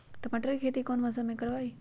टमाटर की खेती कौन मौसम में करवाई?